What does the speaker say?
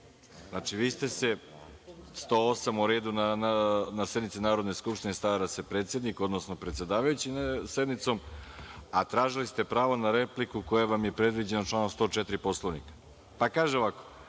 U redu, član 108, o redu na sednici Narodne skupštine stara se predsednik, odnosno predsedavajući sednicom, a tražili ste pravo na repliku koja vam je predviđena članom 104. Poslovnika. Kaže ovako